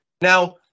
Now